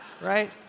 Right